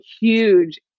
huge